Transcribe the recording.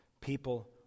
people